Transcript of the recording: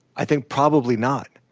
i think probably not.